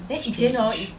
strange